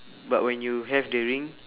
but when you have the ring